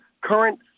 current